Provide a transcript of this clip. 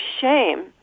shame